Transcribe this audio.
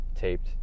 taped